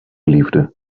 liefde